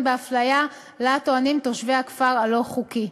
באפליה שלה טוענים תושבי הכפר הלא-חוקי.